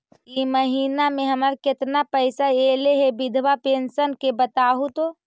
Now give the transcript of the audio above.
इ महिना मे हमर केतना पैसा ऐले हे बिधबा पेंसन के बताहु तो?